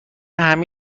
همه